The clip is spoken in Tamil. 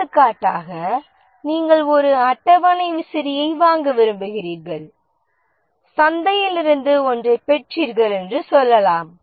எடுத்துக்காட்டாக நீங்கள் ஒரு அட்டவணை விசிறியை வாங்க விரும்புகிறீர்கள் சந்தையில் இருந்து ஒன்றைப் பெற்றீர்கள் என்று சொல்லலாம்